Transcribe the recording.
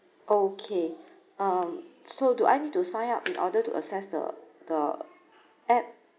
okay um so do I need to sign up in order to access the the app